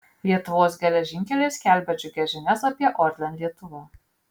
lietuvos geležinkeliai skelbia džiugias žinias apie orlen lietuva